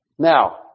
Now